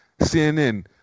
CNN